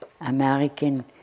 American